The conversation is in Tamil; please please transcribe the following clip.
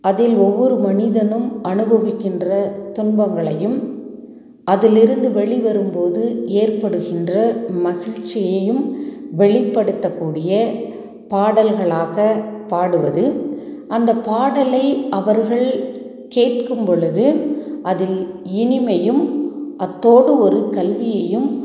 அதில் ஒவ்வொரு மனிதனும் அனுபவிக்கின்ற துன்பங்களையும் அதிலிருந்து வெளிவரும் போது ஏற்படுகின்ற மகிழ்ச்சியையும் வெளிப்படுத்த கூடிய பாடல்களாக பாடுவது அந்த பாடலை அவர்கள் கேட்கும் பொழுது அதில் இனிமையும் அத்தோடு ஒரு கல்வியையும்